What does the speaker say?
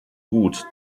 gut